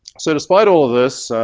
so despite all of this,